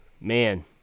man